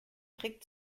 trick